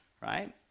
right